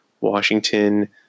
Washington